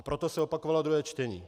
Proto se opakovalo druhé čtení.